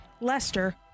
Lester